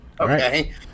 okay